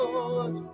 Lord